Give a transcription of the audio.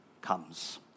comes